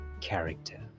character